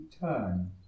turn